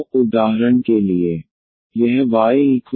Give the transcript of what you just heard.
तो उदाहरण के लिए यह yx c2